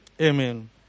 Amen